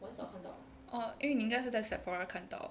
orh 因为你应该是在 Sephora 看到